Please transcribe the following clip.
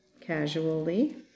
casually